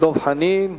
דב חנין,